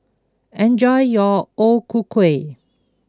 enjoy your O Ku Kueh